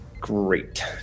Great